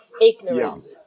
ignorance